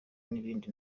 n’ibindi